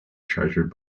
treasured